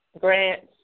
grants